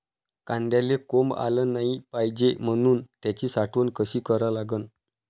कांद्याले कोंब आलं नाई पायजे म्हनून त्याची साठवन कशी करा लागन?